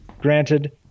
granted